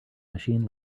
machine